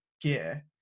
gear